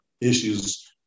issues